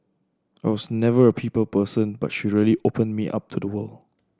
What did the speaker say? I was never a people person but she really opened me up to the world